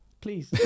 please